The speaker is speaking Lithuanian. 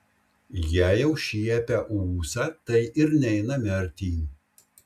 jei jau šiepia ūsą tai ir neiname artyn